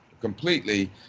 completely